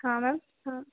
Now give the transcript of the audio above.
हाँ मैम हाँ